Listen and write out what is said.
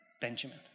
Benjamin